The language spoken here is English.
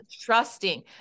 trusting